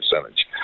percentage